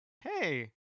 Hey